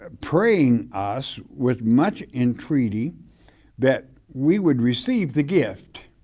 ah praying us with much intreaty that we would receive the gift